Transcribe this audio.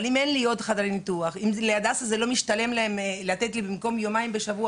אבל אם אין לי עוד חדרי ניתוח ולהדסה לא משתלם לתת לי במקום יומיים בשבוע